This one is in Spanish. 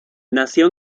nació